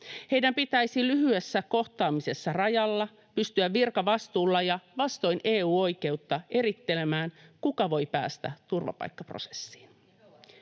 Heidän pitäisi lyhyessä kohtaamisessa rajalla pystyä virkavastuulla ja vastoin EU-oikeutta erittelemään, kuka voi päästä turvapaikkaprosessiin.